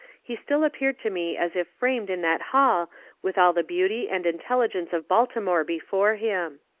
he still appeared to me as if framed in that hall with all the beauty and intelligence of baltimore before him.